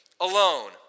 alone